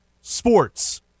Sports